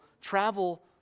travel